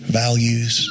values